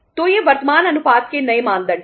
तो ये वर्तमान अनुपात के नए मानदंड हैं